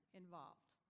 involved